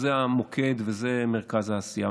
זה המוקד וזה מרכז העשייה.